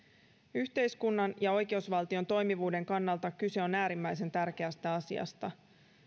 yhteiskunnan ja oikeusvaltion toimivuuden kannalta kyse on äärimmäisen tärkeästä asiasta